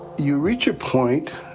you reach a point,